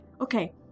okay